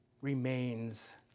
remains